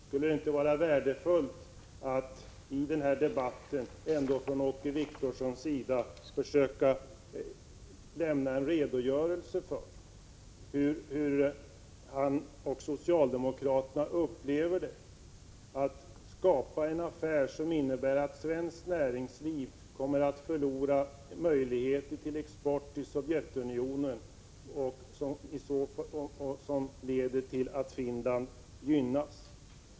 Skulle det inte vara värdefullt, om Åke Wictorsson i den här debatten försökte lämna en redogörelse för hur han och socialdemokraterna upplever detta, att man skapar en affär som innebär att svenskt näringsliv kommer att förlora möjlighet till export till Sovjetunionen och som leder till att Finland gynnas?